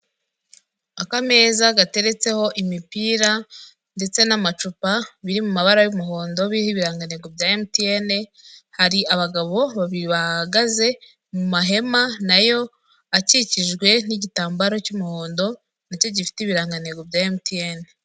Akameza gateretseho imipira ndetse n'amacupa biri mu mabara y'umuhondo, biriho ibirangango bya emutiyene, hari abagabo babiri bahagaze mu mahema na yo akikijwe n'igitambaro cy'umuhondo, na cyo gifite ibirangantego bya emutiyene